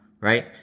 right